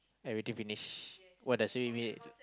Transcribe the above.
everything finish what does it mean